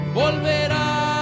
volverá